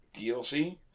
dlc